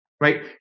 Right